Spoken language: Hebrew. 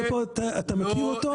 אתה מכיר אותו,